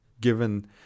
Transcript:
given